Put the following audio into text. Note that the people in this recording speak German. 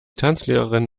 tanzlehrerin